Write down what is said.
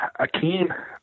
Akeem